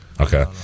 Okay